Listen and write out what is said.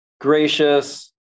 gracious